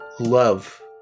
love